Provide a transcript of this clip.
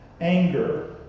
anger